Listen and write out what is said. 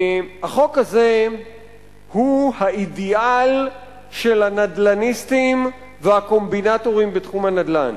החוק הזה הוא האידיאל של הנדל"ניסטים והקומבינטורים בתחום הנדל"ן.